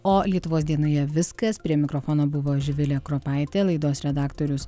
o lietuvos dienoje viskas prie mikrofono buvo živilė kropaitė laidos redaktorius